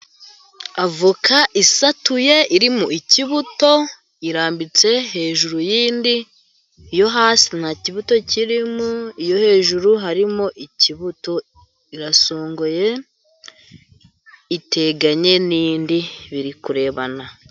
Avoka isatuye irimo ikibuto irambitse hejuru y'indi yo hasi nta kibuto kirimo, hejuru harimo ikibuto irasongoye iteganye n'indi birikurebana.